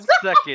second